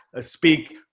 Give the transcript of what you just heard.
speak